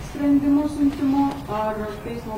sprendimu siuntimu ar teismo